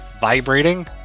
vibrating